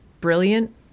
brilliant